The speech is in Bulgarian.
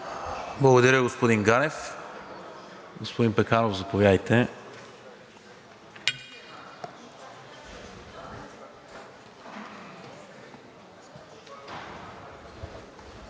Благодаря, господин Ганев. Господин Пеканов, заповядайте.